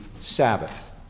Sabbath